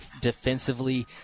defensively